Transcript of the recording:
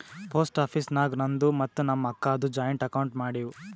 post office ನಾಗ್ ನಂದು ಮತ್ತ ನಮ್ ಅಕ್ಕಾದು ಜಾಯಿಂಟ್ ಅಕೌಂಟ್ ಮಾಡಿವ್